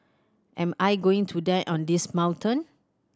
am I going to die on this mountain